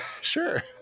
sure